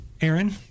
Aaron